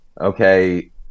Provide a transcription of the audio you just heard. okay